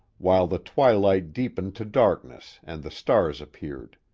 while the twilight deepened to darkness and the stars appeared.